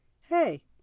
Hey